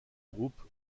groupe